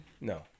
No